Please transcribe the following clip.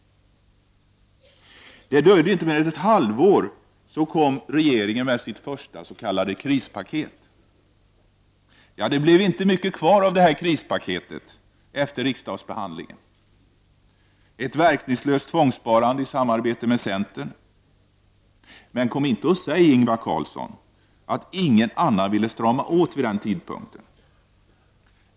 Det dröjde inte mer än ett halvår tills regeringen kom med sitt första s.k. krispaket. Det blev inte mycket kvar av det krispaketet efter riksdagsbehandlingen. Ett verkningslöst tvångssparande i samarbete med centern. Men kom inte och säg, Ingvar Carlsson, att ingen annan ville strama åt vid den tidpunkten!